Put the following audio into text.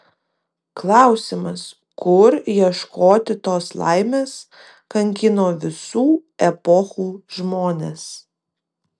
klausimas kur ieškoti tos laimės kankino visų epochų žmones